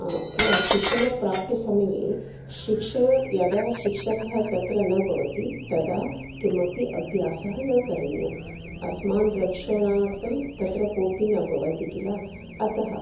शिक्षणप्राप्य समये शिक्षा यदा शिक्षकः तत्र न भवति तदा किमपि अभ्यासः न करणीयः अस्मान् रक्षणार्थं तत्र कोऽपि न भवन्ति किल अतः